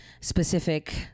specific